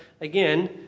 again